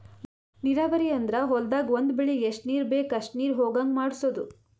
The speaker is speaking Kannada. ನೀರಾವರಿ ಅಂದ್ರ ಹೊಲ್ದಾಗ್ ಒಂದ್ ಬೆಳಿಗ್ ಎಷ್ಟ್ ನೀರ್ ಬೇಕ್ ಅಷ್ಟೇ ನೀರ ಹೊಗಾಂಗ್ ಮಾಡ್ಸೋದು